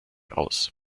aus